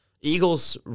Eagles